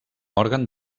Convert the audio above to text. òrgan